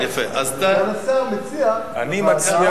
אני ביקשתי למליאה וסגן השר מציע לוועדה.